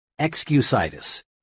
excusitis